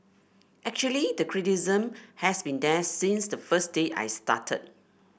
actually the criticism has been there since the first day I started